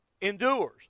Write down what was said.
endures